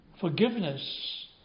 forgiveness